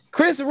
Chris